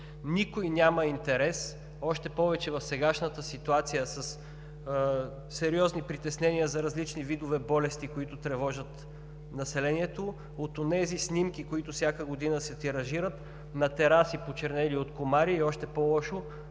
Никой няма интерес, още повече в сегашната ситуация със сериозни притеснения за различни видове болести, които тревожат населението, от онези снимки, които всяка година се тиражират – на тераси, почернели от комари, и още по-лошо